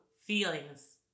feelings